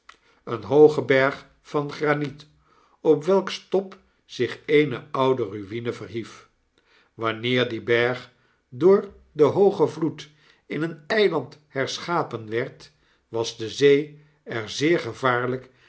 een hoogen berg van graniet op welks top zich eene ouderuine verhief wanneer die berg door den hoogen vloed in een eihnd herschapen werd was de zeeerzeergevaarlyk en